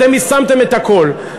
אתם יישמתם את הכול,